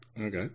Okay